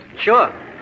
Sure